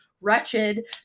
wretched